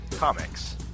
Comics